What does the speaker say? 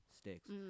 sticks